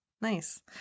Nice